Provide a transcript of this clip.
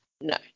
no